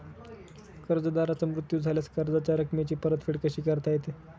कर्जदाराचा मृत्यू झाल्यास कर्जाच्या रकमेची परतफेड कशी करता येते?